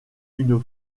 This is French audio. une